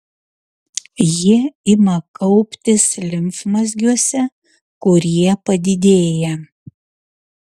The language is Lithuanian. jie ima kauptis limfmazgiuose kurie padidėja